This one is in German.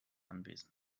anwesend